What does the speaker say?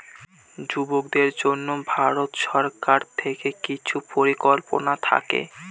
যুবকদের জন্য ভারত সরকার থেকে কিছু পরিকল্পনা থাকে